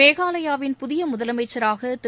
மேகாலாயவின் புதிய முதலமைச்சராக திரு